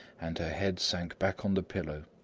and her head sank back on the pillow,